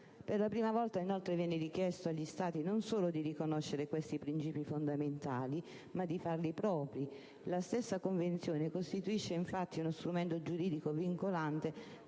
Per la prima volta, inoltre, viene richiesto agli Stati non solo di riconoscere questi principi fondamentali, ma di farli propri. La stessa Convenzione costituisce infatti uno strumento giuridico vincolante